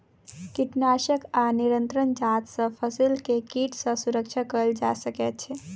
कीटनाशक आ निरंतर जांच सॅ फसिल के कीट सॅ सुरक्षा कयल जा सकै छै